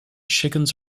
chickens